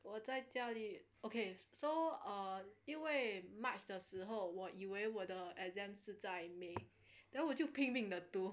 我在家里 okay so err 因为 march 的时候我以为我的 exam 是在 may then 我就拼命的读